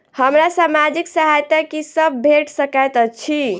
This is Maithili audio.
हमरा सामाजिक सहायता की सब भेट सकैत अछि?